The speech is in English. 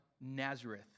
Nazareth